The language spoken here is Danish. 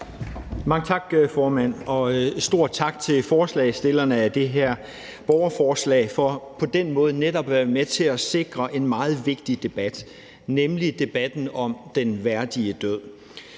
Mange tak, formand. Også en stor tak til forslagsstillerne af det her borgerforslag for på den måde netop at være med til at sikre en meget vigtig debat, nemlig debatten om den værdige død.